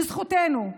וזכותנו,